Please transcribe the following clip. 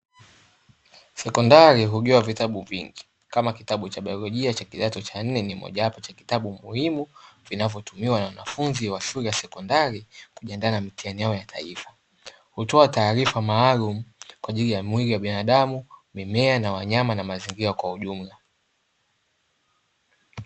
Sekondari hugawa vitabu vingi kama kitabu cha biolojia cha kidato cha nne ni moja wapo cha kitabu muhimu, vinavyotumiwa na wanafunzi wa shule ya sekondari kujiandaa na mitihani yao ya taifa. Hutoa taarifa maalumu kwa ajili ya mwili wa binadamu, mimea na wanyama na mazingira kwa ujumla.